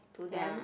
to them